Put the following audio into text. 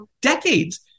decades